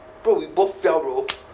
bro we both fell bro